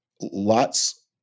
lots